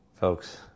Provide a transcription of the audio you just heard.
folks